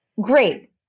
Great